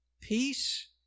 peace